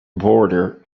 border